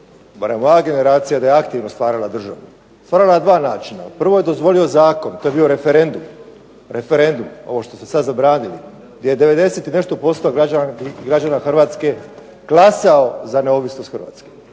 barem moju generacija da je aktivno stvarala državu. Prvo na dva načina. Prvo je dozvolio zakon to je bio referendum ovo što ste sada zabranili, gdje je 90 i nešto posto građanki i građana Hrvatske glasao za neovisnost Hrvatske.